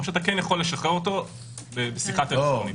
או אלה יכול לשחרר אותו בשיחה טלפונית.